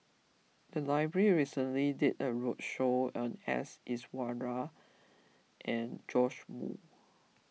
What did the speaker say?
the library recently did a roadshow on S Iswaran and Joash Moo